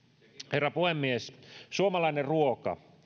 herra puhemies suomalainen ruoka